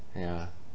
yeah